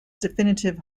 definitive